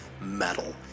metal